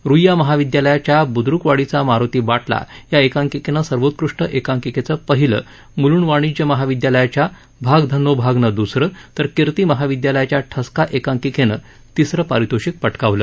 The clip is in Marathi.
रुईया महाविद्यालयाच्या बुद्दुक वाडीचा मारुती बाटला या एकांकिकेनं सर्वोत्कृष्ट एकांकिकेचं पहिलं मुलुंड वाणिज्य महाविद्यालयाच्या भाग धन्नो भाग नं दुसरं तर किर्ती महाविद्यालयाच्या ठसका याएकांकिकेनं तिसरं पारितोषिक पटकावलं